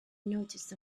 noticed